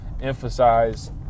emphasize